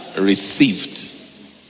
Received